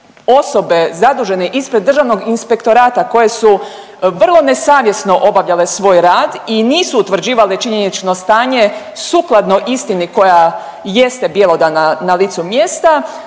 osobe zadužene ispred Državnog inspektorata koje su vrlo nesavjesno obavljale svoj rad i nisu utvrđivale činjenično stanje sukladno istini koja jeste bjelodana na licu mjesta.